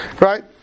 right